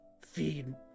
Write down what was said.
feed